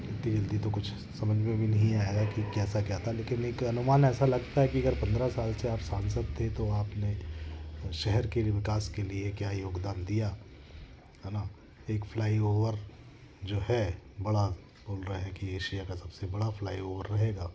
इतनी जल्दी तो कुछ समझ में भी नहीं आएगा कि कैसा क्या था लेकिन एक अनुमान ऐसा लगता है कि अगर आप पन्द्रह साल से सांसद थे तो आपने शहर के विकास के लिए क्या योगदान दिया है है ना एक फ्लाईओवर जो है बड़ा बोल रहे हैं एशिया का सबसे बड़ा फ्लाईओवर रहेगा